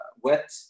wet